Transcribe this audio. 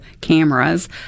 cameras